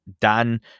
dan